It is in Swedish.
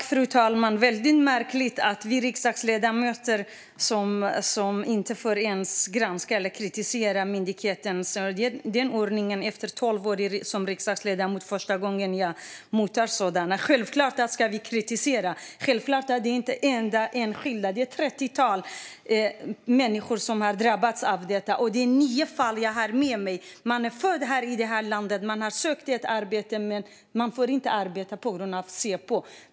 Fru talman! Det är väldigt märkligt att vi riksdagsledamöter inte ens får granska eller kritisera myndigheten. Efter tolv år som riksdagsledamot är det första gången jag mottar ett sådant budskap. Vi ska självklart kritisera. Det är inte ett enskilt fall. Det är ett trettiotal människor som har drabbats av detta. Det är nio fall jag har med mig. Det är personer som är födda i det här landet och har sökt ett arbete men som inte får arbeta på grund av Säpo.